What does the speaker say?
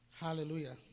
Hallelujah